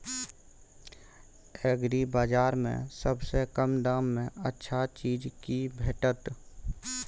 एग्रीबाजार में सबसे कम दाम में अच्छा चीज की भेटत?